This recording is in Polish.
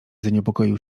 zaniepokoił